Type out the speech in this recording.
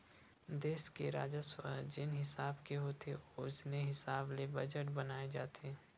देस के राजस्व ह जेन हिसाब के होथे ओसने हिसाब ले बजट बनाए जाथे